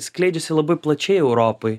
skleidžiasi labai plačiai europoj